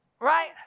Right